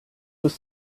was